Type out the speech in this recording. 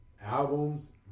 Albums